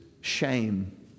shame